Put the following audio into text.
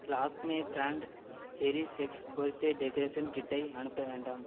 Lakme brand CherishX birthday decoration கிட்டை அனுப்ப வேண்டாம்